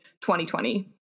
2020